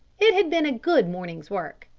it had been a good morning's work.